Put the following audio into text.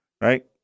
Right